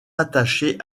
rattachée